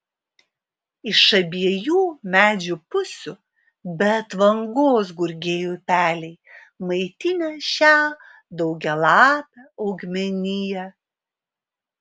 iš abiejų medžių pusių be atvangos gurgėjo upeliai maitinę šią daugialapę augmeniją